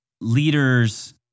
leaders